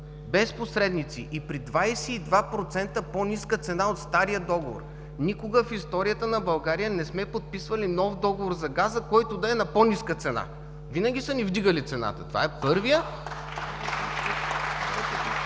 без посредници и при 22% по-ниска цена от стария договор. Никога в историята на България не сме подписвали нов договор за газа, който да е на по-ниска цена. Винаги са ни вдигали цената! (Ръкопляскания